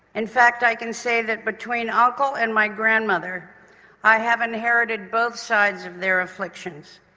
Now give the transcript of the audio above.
in fact i can say that between uncle and my grandmother i have inherited both sides of their afflictions,